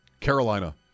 Carolina